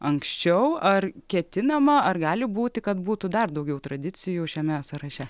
anksčiau ar ketinama ar gali būti kad būtų dar daugiau tradicijų šiame sąraše